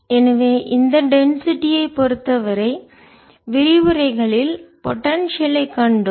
எனவே இந்த டென்சிட்டி அடர்த்தி ஐ பொறுத்தவரை விரிவுரைகளில் பொடென்சியல் ஐ ஆற்றலைக் கண்டோம்